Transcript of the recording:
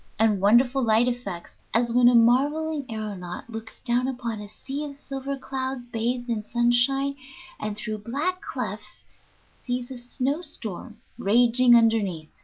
and wonderful light effects, as when a marveling aeronaut looks down upon a sea of silver clouds bathed in sunshine and through black clefts sees a snowstorm raging underneath.